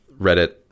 reddit